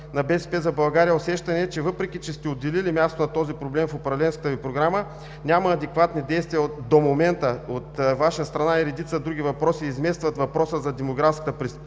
– „БСП за България“ усещане е, че въпреки, че сте отделили място на този проблем в управленската Ви програма, няма адекватни действия до момента от Ваша страна и редица други въпроси изместват въпроса за демографската перспектива